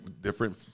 different